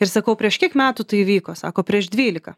ir sakau prieš kiek metų tai įvyko sako prieš dvylika